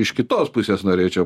iš kitos pusės norėčiau